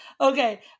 Okay